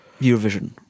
Eurovision